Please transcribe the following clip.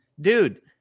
dude